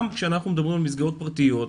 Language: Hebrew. גם כשאנחנו מדברים על מסגרות פרטיות,